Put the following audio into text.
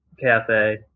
cafe